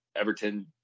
Everton